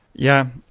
yeah.